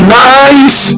nice